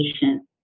patient